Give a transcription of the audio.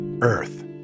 Earth